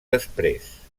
després